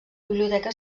biblioteca